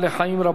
רבותי,